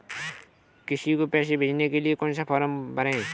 किसी को पैसे भेजने के लिए कौन सा फॉर्म भरें?